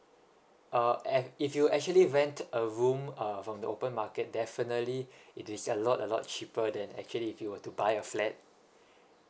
uh f~ if you actually rent a room from the open market definitely it is a lot a lot cheaper than actually if you were to buy a flat